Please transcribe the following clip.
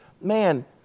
Man